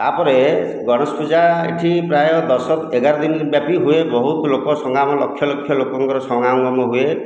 ତା'ପରେ ଗଣେଶ ପୂଜା ଏଠି ପ୍ରାୟ ଦଶ ଏଗାର ଦିନ ବ୍ୟାପି ହୁଏ ବହୁତ ଲୋକ ଲକ୍ଷ ଲକ୍ଷ ଲୋକଙ୍କର ସମାଗମ ହୁଏ